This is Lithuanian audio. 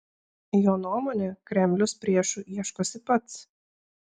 jo nuomone kremlius priešų ieškosi pats